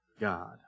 God